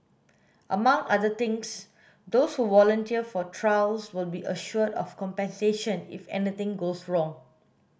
among other things those who volunteer for trials will be assured of compensation if anything goes wrong